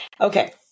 Okay